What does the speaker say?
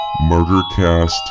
Murdercast